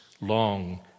long